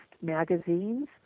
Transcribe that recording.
magazines